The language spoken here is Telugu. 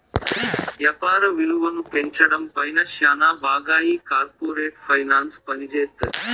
యాపార విలువను పెంచడం పైన శ్యానా బాగా ఈ కార్పోరేట్ ఫైనాన్స్ పనిజేత్తది